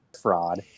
fraud